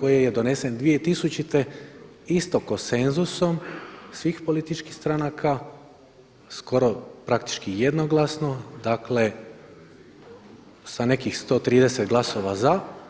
koji je donesen 2000. isto konsenzusom svih političkih stranka skoro praktički jednoglasno dakle sa nekih 130 glasova za.